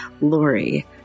Lori